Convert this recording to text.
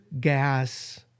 gas